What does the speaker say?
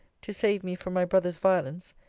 to save me from my brother's violence.